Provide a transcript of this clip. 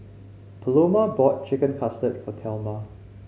Paloma bought Chicken Cutlet for Thelma